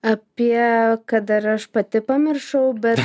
apie ką dar ir aš pati pamiršau bet